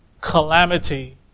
calamity